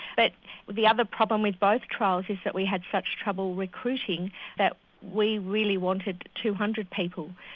but the other problem with both trials is that we had such trouble recruiting that we really wanted two hundred people,